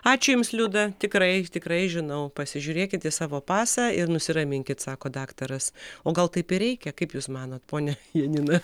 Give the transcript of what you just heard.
ačiū jums liuda tikrai tikrai žinau pasižiūrėkit į savo pasą ir nusiraminkit sako daktaras o gal taip ir reikia kaip jūs manot ponia janina